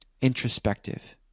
introspective